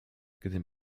gdym